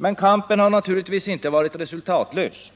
Men kampen har naturligtvis inte varit resultatlös.